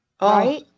right